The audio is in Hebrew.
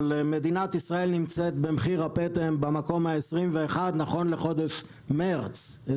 אבל מדינת ישראל נמצאת במחיר הפטם במקום ה-21 נכון לחודש מרס 2023,